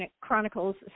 Chronicles